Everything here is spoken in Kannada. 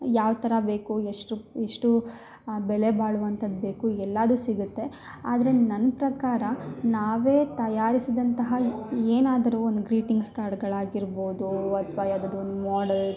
ಯಾವ ಥರ ಬೇಕು ಎಷ್ಟು ರುಪ್ ಎಷ್ಟು ಬೆಲೆ ಬಾಳುವಂತದ್ದು ಬೇಕು ಎಲ್ಲಾದು ಸಿಗುತ್ತೆ ಆದರೆ ನನ್ನ ಪ್ರಕಾರ ನಾವೇ ತಯಾರಿಸಿದಂತಹ ಏನಾದರು ಒಂದು ಗ್ರೀಟಿಂಗ್ಸ್ ಕಾರ್ಡ್ಗಳು ಆಗಿರ್ಬೋದು ಅಥ್ವ ಯಾವ್ದಾದರೂ ಒಂದು ಮಾಡೆಲ್